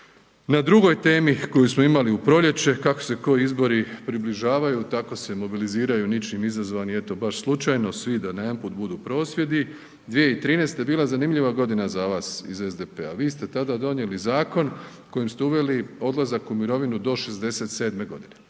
na drugoj temi koju smo imali u proljeće kako se koji izbori približavaju tako se mobiliziraju ničim izazvani eto baš slučajno svi da najedanput budu prosvjedi 2013. je bila zanimljiva godina za vas iz SDP-a, vi ste tada donijeli zakon kojim ste uveli odlazak u mirovinu do 67. godine,